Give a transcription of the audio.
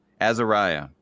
Azariah